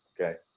okay